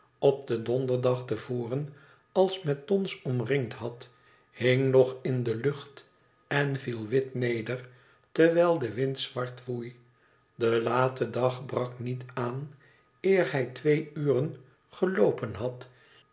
op den donderdag te voren als met dons omringd had hing nog in de lucht en viel wit neder terwijl de wind zwart woei de late dag brak niet aan eer hij twee uren geloopen had